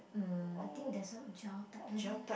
um I think there's a gel type I think